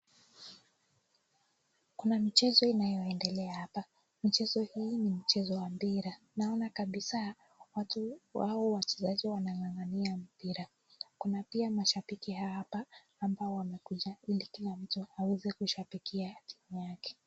Kuna michezo inayo endelea hapa. Mchezo hii ni mchezo wa Mpira. Naona kabisa hao wachezaji wangangania mpira. Kuna pia mashabiki hapa ambao wamekuja ili kila mtu aweze kushabikia timu yake.